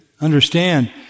understand